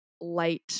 light